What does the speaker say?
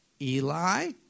Eli